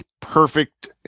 perfect